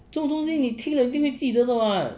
这种东西你听了一定会记得的 [what]